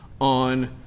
on